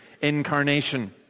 incarnation